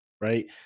right